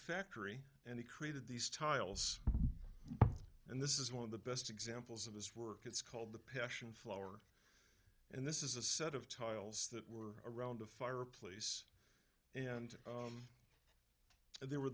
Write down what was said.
factory and he created these tiles and this is one of the best examples of this work it's called the passion flower and this is a set of tiles that were around a fireplace and they were